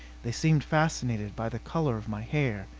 they seemed fascinated by the color of my hair.